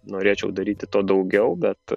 norėčiau daryti to daugiau bet